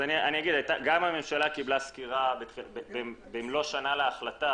גם הממשלה קבלה סקירה במלוא שנה להחלטה,